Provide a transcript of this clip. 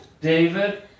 David